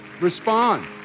Respond